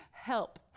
help